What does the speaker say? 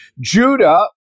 Judah